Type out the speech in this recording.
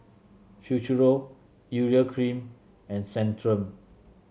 Futuro Urea Cream and Centrum